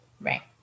Right